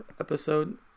episode